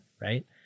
right